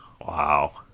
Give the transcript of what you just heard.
Wow